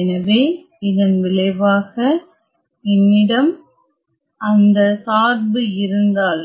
எனவே இதன் விளைவாக என்னிடம் அந்த சார்பு இருந்தால்